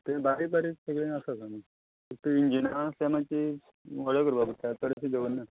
बारीक बारीक सगळें आसा सामान फक्त इंजिना आसल्यार मागीर ओर्डर करपा पडटा चडशें दवरना